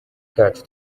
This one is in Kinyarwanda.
kacu